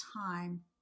time